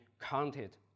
counted